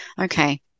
okay